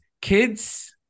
kids